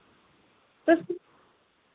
तुस